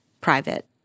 private